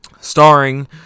Starring